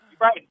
right